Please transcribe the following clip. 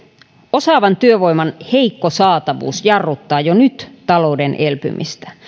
osaavan työvoiman heikko saatavuus jarruttaa jo nyt talouden elpymistä